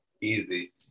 Easy